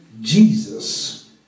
Jesus